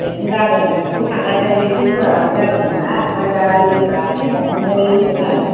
बेथ' जादों दाखालि थांगासेयावबो एसे बुरजा लानाय जादोंमोन ना ओमफ्राय दा लोगोफ्रा एसे खम ला होनदों आरो